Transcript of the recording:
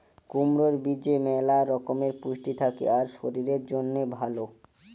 কুমড়োর বীজে ম্যালা রকমের পুষ্টি থাকে আর শরীরের জন্যে ভালো